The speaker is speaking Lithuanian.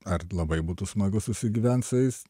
ar labai būtų smagu susigyvent su jais